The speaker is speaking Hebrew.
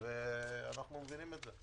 אנחנו מבינים את זה.